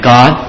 God